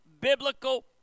biblical